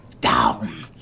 Down